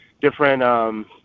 different